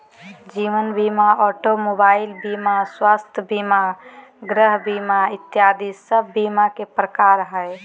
जीवन बीमा, automobile बीमा, स्वास्थ्य बीमा, गृह बीमा इत्यादि सब बीमा के प्रकार हय